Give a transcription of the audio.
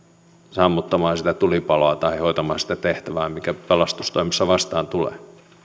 sammuttamaan sitä tulipaloa tai hoitamaan sitä tehtävää mikä pelastustoimessa vastaan tulee